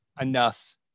enough